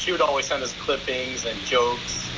you know always send us clippings and jokes.